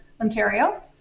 Ontario